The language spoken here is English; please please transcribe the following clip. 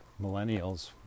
millennials